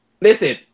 Listen